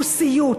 הוא סיוט.